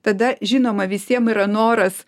tada žinoma visiem yra noras